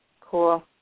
Cool